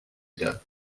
ago